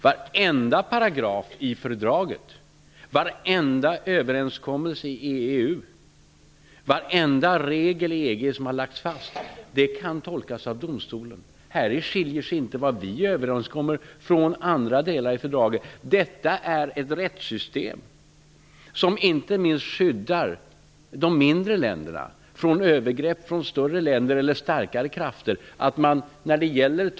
Varenda paragraf i fördraget, varenda överenskommelse i EU och varenda regel som har lagts fast i EG kan tolkas av domstolen. Härvidlag skiljer sig inte vad vi kommer överens om från andra delar i fördraget. Detta är ett rättssystem, som inte minst skyddar de mindre länderna från övergrepp från större länder eller starkare krafter.